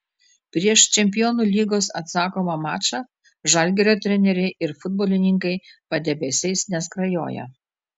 prieš čempionų lygos atsakomą mačą žalgirio treneriai ir futbolininkai padebesiais neskrajoja